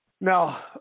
Now